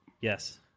Yes